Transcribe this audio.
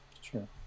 Sure